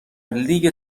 لیگ